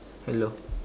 hello